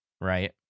right